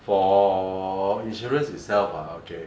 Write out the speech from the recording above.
for insurance itself ah okay